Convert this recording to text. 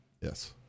Yes